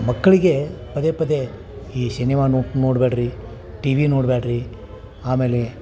ಮಕ್ಕಳಿಗೆ ಪದೆ ಪದೆ ಈ ಶಿನಿಮನು ನೋಡ್ಬೇಡ್ರಿ ಟಿವಿ ನೋಡ್ಬೇಡ್ರಿ ಆಮೇಲೆ